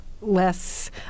less